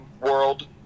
world